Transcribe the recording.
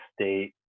state